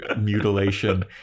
mutilation